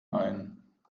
ein